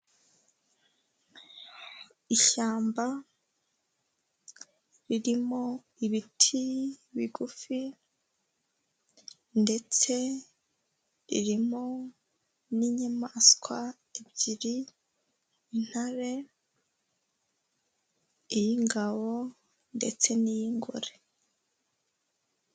Ishyamba ririmo ibiti bigufi ndetse ririmo n'inyamaswa ebyiri intare, iy'ingabo ndetse n'iy'ingore.